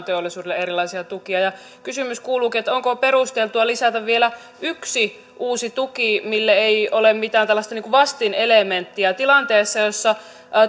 teollisuudelle erilaisia tukia kysymys kuuluukin onko perusteltua lisätä vielä yksi uusi tuki mille ei ole mitään tällaista vastinelementtiä tilanteessa jossa